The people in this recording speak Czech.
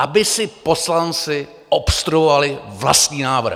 Aby si poslanci obstruovali vlastní návrh.